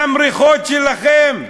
למריחות שלכם?